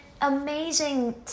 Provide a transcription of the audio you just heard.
amazing